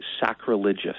sacrilegious